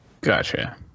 Gotcha